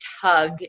tug